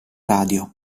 radio